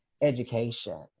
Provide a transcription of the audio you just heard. education